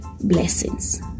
Blessings